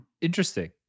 Interesting